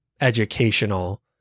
educational